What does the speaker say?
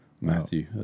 Matthew